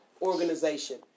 organization